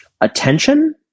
attention